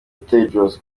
tedros